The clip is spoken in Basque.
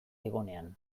egonean